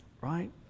right